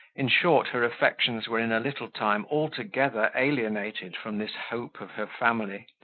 in short, her affections were in a little time altogether alienated from this hope of her family,